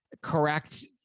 correct